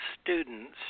students